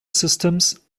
systems